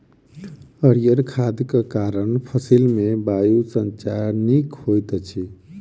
हरीयर खादक कारण फसिल मे वायु संचार नीक होइत अछि